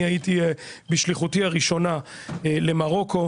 אני הייתי בשליחותי הראשונה למרוקו,